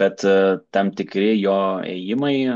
bet tam tikri jo ėjimai